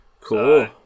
Cool